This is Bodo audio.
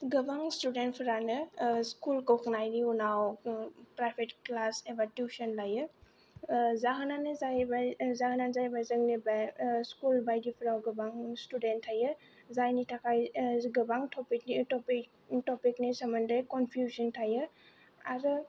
गोबां स्टुडेन्टफोरानो स्कुल गनायनि उनाव प्राइभेट क्लास एबा टिउसन लायो जाहोननानो जाहैबाय जोंनि बे स्कुल बायदिफोराव गोबां स्टुडेन्ट थायो जायनि थाखाय गोबां टपिकनि सोमोन्दै कनफिउजन थायो आरो